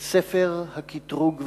את "ספר הקטרוג והאמונה".